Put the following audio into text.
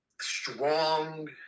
strong